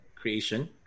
creation